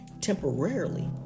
temporarily